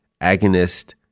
agonist